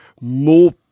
more